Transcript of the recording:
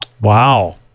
Wow